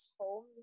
home